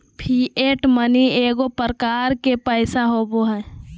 fiat money एगो प्रकार के पैसा होबो हइ